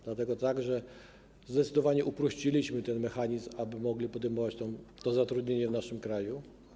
Dlatego zdecydowanie uprościliśmy ten mechanizm, aby mogli podejmować zatrudnienie w naszym kraju.